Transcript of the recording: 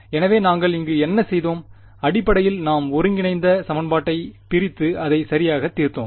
எனவே நாங்கள் இங்கு என்ன செய்தோம் அடிப்படையில் நாம் ஒருங்கிணைந்த சமன்பாட்டைப் பிரித்து அதை சரியாகத் தீர்த்தோம்